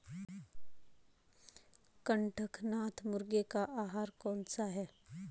कड़कनाथ मुर्गे का आहार कौन सा है?